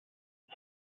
ich